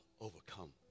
overcome